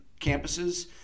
campuses